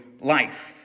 life